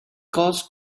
costs